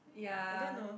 ya